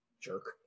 Jerk